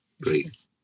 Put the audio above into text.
great